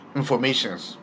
informations